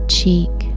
Cheek